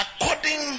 According